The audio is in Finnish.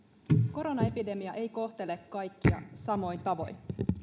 koronaepidemia ei kohtele kaikkia samoin tavoin